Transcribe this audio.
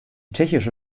tschechische